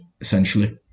essentially